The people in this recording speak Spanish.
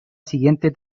siguiente